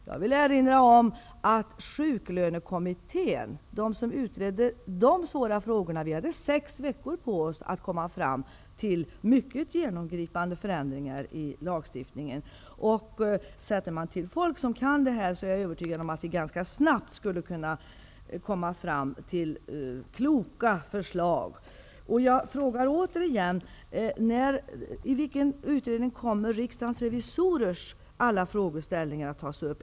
Jag vill erinra om att sjuklönekommittén, den som skulle utreda dessa svåra frågor, hade sex veckor på sig att komma fram till mycket genomgripande förändringar i lagstiftningen. Tillsätter man folk som kan frågorna, är jag övertygad om att vi ganska snabbt skulle kunna komma fram till kloka förslag. Jag frågar igen: I vilken utredning kommer riksdagens revisorers alla frågeställningar att tas upp?